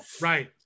Right